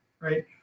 right